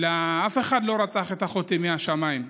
אף אחד לא רצח את אחותי מהשמיים,